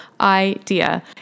idea